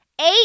eight